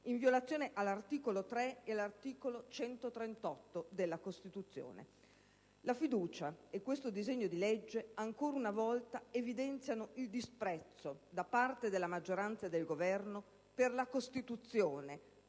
in violazione degli articoli 3 e 138 della Costituzione. La fiducia e questo disegno di legge, ancora una volta, evidenziano il disprezzo da parte della maggioranza e del Governo per la Costituzione,